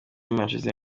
manchester